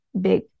big